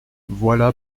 voilà